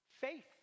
faith